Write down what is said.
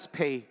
pay